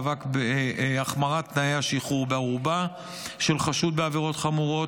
והחמרת תנאי השחרור בערובה של חשוד בעבירות חמורות.